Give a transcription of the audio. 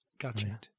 Gotcha